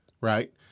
Right